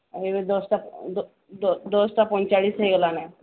ଏବେ ଦଶଟା ଦଶଟା ପଇଁଚାଳିଶ ହୋଇଗଲାଣି